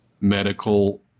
medical